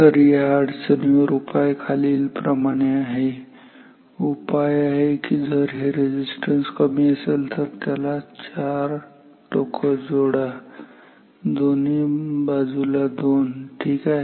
तर या अडचणीवर उपाय खालील प्रमाणे आहे उपाय आहे की जर हे रेझिस्टन्स कमी असेल तर त्याला चार ठोके जोडा दोन्ही बाजूला दोन ठीक आहे